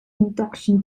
induction